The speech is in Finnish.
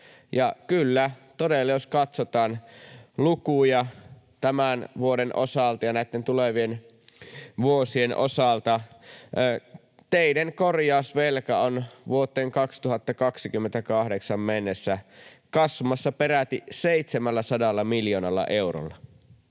Kyllä, todella jos katsotaan lukuja tämän vuoden osalta ja näitten tulevien vuosien osalta, teiden korjausvelka on vuoteen 2028 mennessä kasvamassa peräti 700 miljoonalla eurolla,